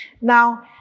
Now